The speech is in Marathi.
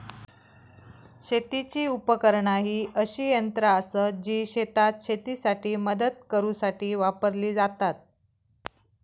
शेतीची उपकरणा ही अशी यंत्रा आसत जी शेतात शेतीसाठी मदत करूसाठी वापरली जातत